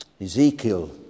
Ezekiel